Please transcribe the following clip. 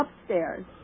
upstairs